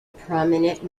prominent